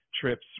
trips